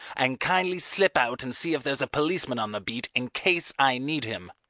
and kindly slip out and see if there's a policeman on the beat in case i need him.